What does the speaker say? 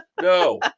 No